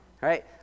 right